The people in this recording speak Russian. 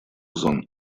зон